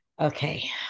okay